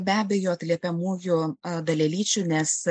be abejo atliepiamųjų dalelyčių nes